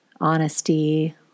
honesty